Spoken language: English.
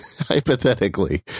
hypothetically